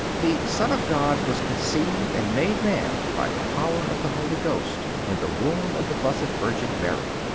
the son of god was conceived and made man by the power of the holy ghost, in the womb of the blessed virgin mary.